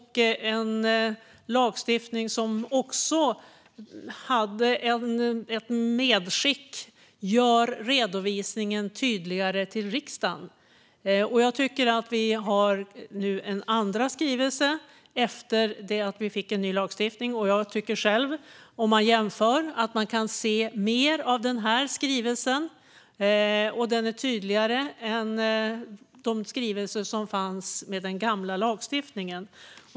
Det är en lagstiftning som kommer med ett medskick: Gör redovisningen till riksdagen tydligare! Vi har nu en andra skrivelse efter det att vi fick en ny lagstiftning, och jag tycker att man om man jämför kan se mer i den här skrivelsen och att den är tydligare än de skrivelser som fanns med den gamla lagstiftningen.